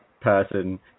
person